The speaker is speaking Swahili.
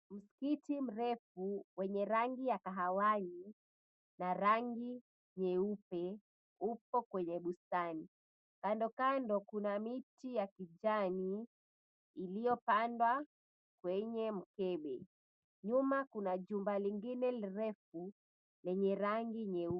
Msikiti mrefu wenye rangi ya kahawia na rangi nyeupe upo kwenye bustani. Kandokando 𝑘una miti ya kijani iliyopandwa kwenye mkebe , nyuma kuna jumba lingine refu lenye rangi nyeupe.